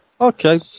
Okay